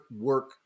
work